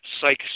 psych